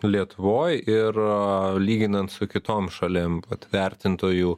lietuvoj ir lyginant su kitom šalim vat vertintojų